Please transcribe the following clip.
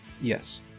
Yes